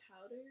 powder